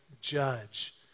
judge